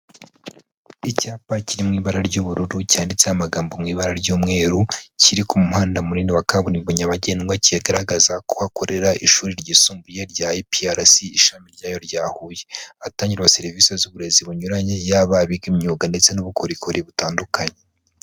Icyapa kiri mu ibara ry'ubururu cyanditseho amagambo mu ibara ry'umweru, kiri ku muhanda munini wa kaburimbo nyabagendwa kigaragaza ko hakorera ishuri ryisumbuye rya IPRC ishami ryayo rya Huye. Ahatangirwa serivisi z'uburezi bunyuranye yaba abiga imyuga ndetse n'ubukorikori butandukanye.